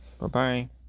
Bye-bye